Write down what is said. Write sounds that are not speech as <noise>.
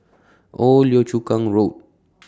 Old Yio Chu Kang Road <noise>